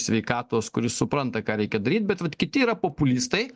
sveikatos kuris supranta ką reikia daryt bet vat kiti yra populistai